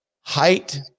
height